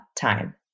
time